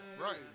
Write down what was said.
Right